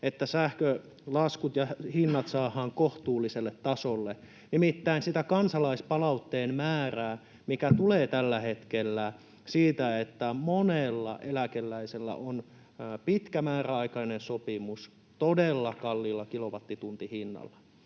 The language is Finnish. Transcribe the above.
että sähkölaskut ja ‑hinnat saadaan kohtuulliselle tasolle? Nimittäin sitä kansalaispalautteen määrää tulee tällä hetkellä siitä, että monella eläkeläisellä on pitkä määräaikainen sopimus todella kalliilla kilowattituntihinnalla.